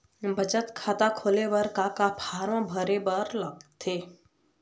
बचत खाता खोले बर का का फॉर्म भरे बार लगथे?